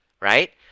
right